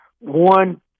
One